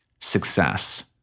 success